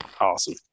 Awesome